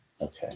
Okay